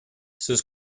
sus